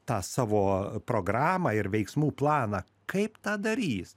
tą savo programą ir veiksmų planą kaip tą darys